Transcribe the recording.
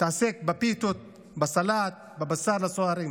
התעסק בפיתות, בסלט, בבשר לסוהרים